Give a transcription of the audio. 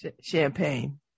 Champagne